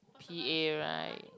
P_A right